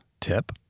tip